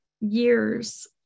years